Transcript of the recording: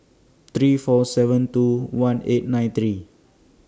three four seven two one eight nine three